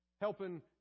helping